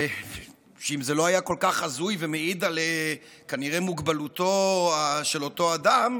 ואם זה לא היה כל כך הזוי ומעיד כנראה על מוגבלותו של אותו אדם,